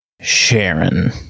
Sharon